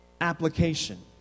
application